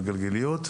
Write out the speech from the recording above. בגלגיליות,